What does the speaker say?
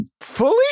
Fully